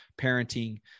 parenting